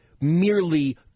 merely